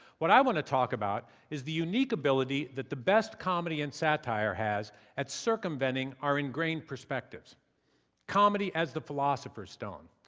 what i want to talk about is the unique ability that the best comedy and satire has at circumventing our ingrained perspectives comedy as the philosopher's stone.